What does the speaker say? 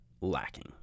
lacking